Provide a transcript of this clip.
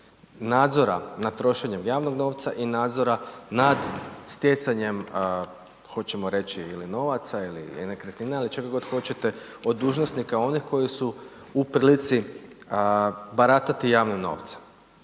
nadzora nad trošenjem javnog novca i nadzora nad stjecanjem hoćemo reći ili novaca ili nekretnina ili čega god hoćete od dužnosnika onih koji su u prilici baratati javnim novcem.